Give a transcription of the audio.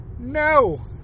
No